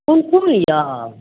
कोन कोन यऽ